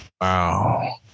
Wow